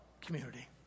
community